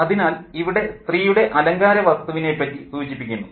അതിനാൽ ഇവിടെ സ്ത്രീയുടെ അലങ്കാര വസ്തുവിനെപ്പറ്റി സൂചിപ്പിക്കുന്നു